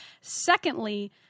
Secondly